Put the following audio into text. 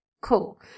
Cool